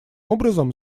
образом